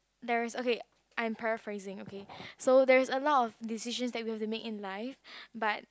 there is okay I'm paraphrasing okay so there is a lot of decisions that we have to make in life but